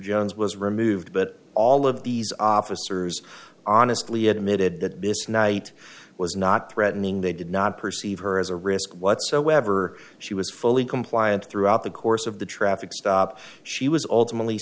jones was removed but all of these officers honestly admitted that this night was not threatening they did not perceive her as a risk whatsoever she was fully compliant throughout the course of the traffic stop she was alternately